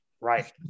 right